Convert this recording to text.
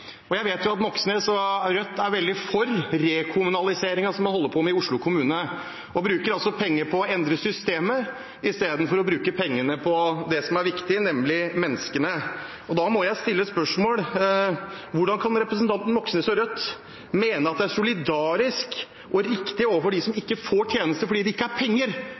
levert. Jeg vet at Moxnes og Rødt er veldig for den rekommunaliseringen som man holder på med i Oslo kommune, og bruker penger på å endre systemer istedenfor å bruke pengene på det som er viktig, nemlig menneskene. Da må jeg stille spørsmålet: Hvordan kan representanten Moxnes og Rødt mene at det er solidarisk og riktig – og bedre – overfor dem som ikke får tjenestene fordi det ikke er penger,